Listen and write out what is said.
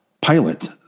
pilot